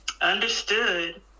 Understood